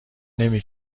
نمی